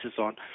on